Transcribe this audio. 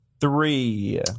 Three